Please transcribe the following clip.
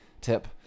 tip